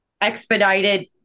expedited